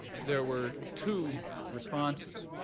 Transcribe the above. there were two responses.